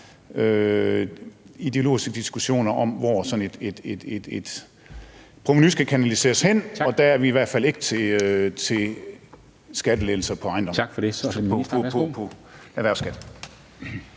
ideologiske diskussioner om, hvor sådan et provenu skal kanaliseres hen, og dér er vi i hvert fald ikke til skattelettelser på erhvervsskat.